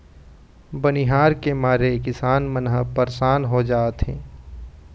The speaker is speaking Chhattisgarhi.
बनिहार के मारे किसान मन ह परसान हो जाथें